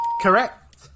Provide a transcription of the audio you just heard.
correct